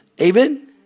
Amen